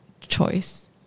choice